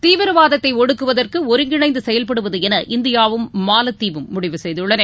தீவிரவாதத்தைஒடுக்குவதற்குஒருங்கிணைந்தசெயல்படுவதுஎன இந்தியாவும் மாலத்தீவும் முடிவு செய்துள்ளன